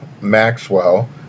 Maxwell